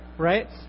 Right